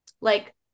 Like-